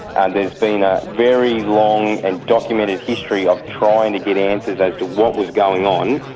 and there been a very long and documented history of trying to get answers as to what was going on.